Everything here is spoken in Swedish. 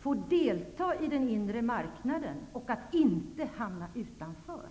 få delta i den inre marknaden och inte hamna utanför.